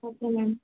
okay ma'am